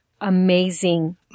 amazing